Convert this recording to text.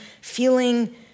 feeling